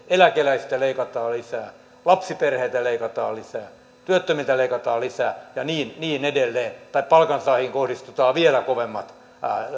niin eläkeläisiltä leikataan lisää lapsiperheiltä leikataan lisää työttömiltä leikataan lisää ja niin niin edelleen tai palkansaajiin kohdistetaan vielä